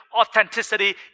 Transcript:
authenticity